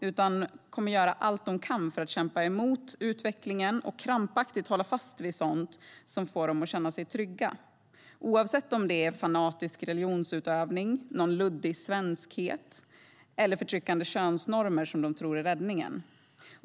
De kommer att göra allt de kan för att kämpa mot utvecklingen och krampaktigt hålla fast vid sådant som får dem att känna sig trygga, oavsett om det är fanatisk religionsutövning, någon luddig svenskhet eller förtryckande könsnormer som de tror är räddningen.